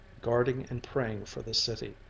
guarding and praying for the city.